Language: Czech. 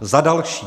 Za další.